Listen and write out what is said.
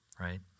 right